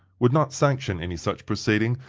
would not sanction any such proceeding,